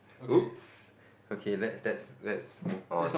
!oops! okay let's let's let's move on